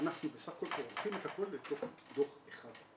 אנחנו בסך הכול כורכים את הכול לתוך דוח אחד.